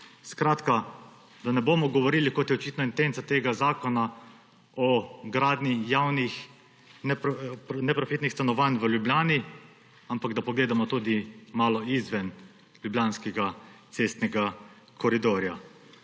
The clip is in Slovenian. Skratka, da ne bomo govorili, kot je očitno intenca tega zakona, o gradnji javnih neprofitnih stanovanj v Ljubljani, ampak da pogledamo tudi malo izven ljubljanskega cestnega koridorja.